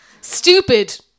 stupid